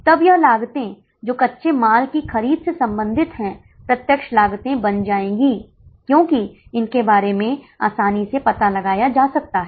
पहले मामले में यह 07840 हो जाता है अर्थात 5392 भागे 500 हो जाता है